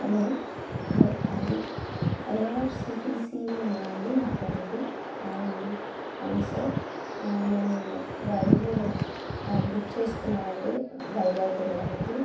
hello I R C T C నేనా అండి మాట్లాడేది అవును అండి అవును సార్ మేము రైలు బుక్ చేసుకున్నామండి వైజాగ్ వెళ్ళడానికి